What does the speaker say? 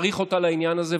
צריך אותה לעניין הזה,